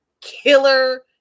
Killer